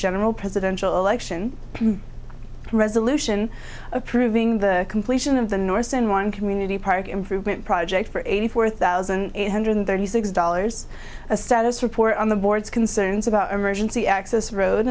general presidential election resolution approving the completion of the norse in one community park improvement project for eighty four thousand eight hundred thirty six dollars a status report on the board's concerns about emergency access road